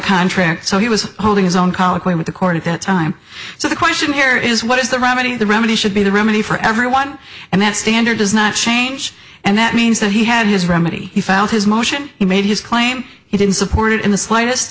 contract so he was holding his own colloquy with the court at that time so the question here is what is the remedy the remedy should be the remedy for everyone and that standard does not change and that means that he had his remedy he found his motion he made his claim he didn't support it in the slightest